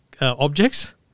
objects